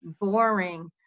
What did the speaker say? boring